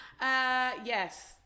Yes